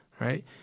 right